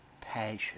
passion